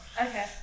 Okay